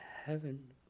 heaven